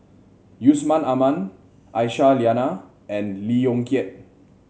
Yusman Aman Aisyah Lyana and Lee Yong Kiat